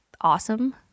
Awesome